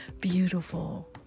beautiful